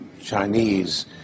Chinese